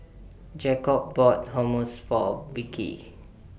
Jakob bought Hummus For Vickey